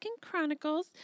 Chronicles